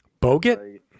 Bogut